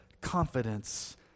confidence